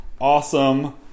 awesome